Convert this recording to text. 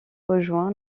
rejoint